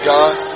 God